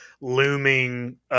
looming